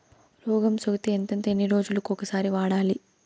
రోగం సోకితే ఎంతెంత ఎన్ని రోజులు కొక సారి వాడాలి?